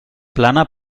plana